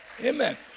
Amen